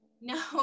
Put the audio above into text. no